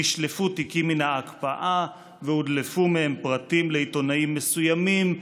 נשלפו תיקים מן הקפאה והודלפו מהם פרטים לעיתונאים מסוימים,